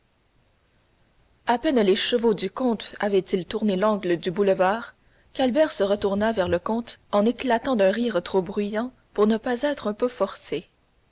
à peine les chevaux du comte avaient-ils tourné l'angle du boulevard qu'albert se retourna vers le comte en éclatant d'un rire trop bruyant pour ne pas être un peu forcé